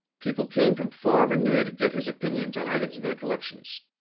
people came from far and near to get his opinion on items in their collections.